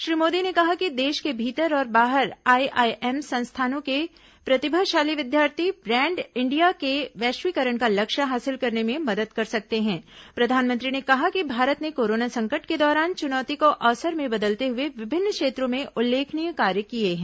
श्री मोदी ने कहा कि देश के भीतर और बाहर आई आईएम संस्थानों के प्रतिभाशाली विद्यार्थी ब्रैंड इंडिया के वैश्वीकरण का लक्ष्य हासिल करने में मदद कर सकते हैं प्रधानमंत्री ने कहा कि भारत ने कोरोना संकट के दौरान चुनौती को अवसर में बदलते हुए विभिन्न क्षेत्रों में उल्लेखनीय कार्य किए हैं